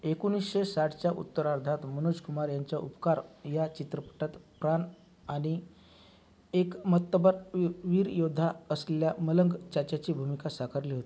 एकोणीसशे साठच्या उत्तरार्धात मनोज कुमार यांच्या उपकार या चित्रपटात प्राण यांनी एक मतबत व वीर योद्धा असलेल्या मलंग चाचाची भूमिका साकारली होती